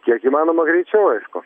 kiek įmanoma greičiau aišku